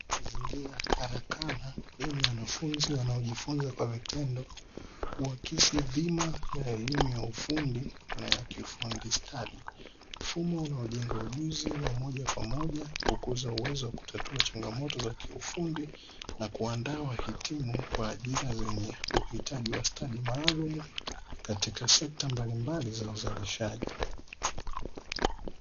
Mazingira ya karakana yenye wanafunzi wanaojifunza kwa vitendo kuhakisi dhima ya elimu ya ufundi na ya kiufuundi stadi, mfumo unaojenga ujuzi wa moja kwa moja, kukuza uwezo wa kutatua changamoto za kiufundi na kuandaa wahitimu kwa ajira zenye uhitaji wa stadi maalumu katika sekta mbalimbali za uzalishaji.